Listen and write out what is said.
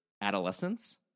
adolescence